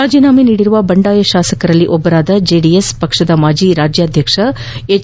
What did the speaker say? ರಾಜೀನಾಮೆ ನೀಡಿರುವ ಬಂಡಾಯ ಶಾಸಕರಲ್ಲಿ ಒಬ್ಬರಾದ ಜೆಡಿಎಸ್ ಪಕ್ಷದ ಮಾಜಿ ರಾಜ್ಯಾಧ್ಯಕ್ಷರಾಗಿದ್ದ ಎಚ್